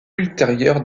ultérieur